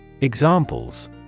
Examples